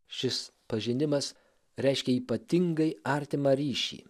šis pažinimas reiškia ypatingai artimą ryšį